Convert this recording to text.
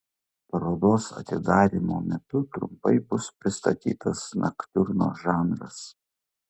parodos atidarymo metu trumpai bus pristatytas noktiurno žanras